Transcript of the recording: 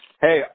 Hey